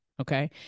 Okay